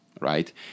right